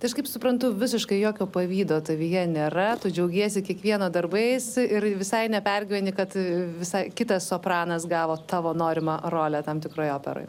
tai aš kaip suprantu visiškai jokio pavydo tavyje nėra tu džiaugiesi kiekviena darbais ir visai nepergyveni kad visai kitas sopranas gavo tavo norimą rolę tam tikroj operoj